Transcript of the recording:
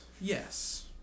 yes